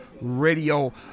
radio